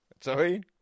Sorry